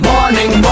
Morning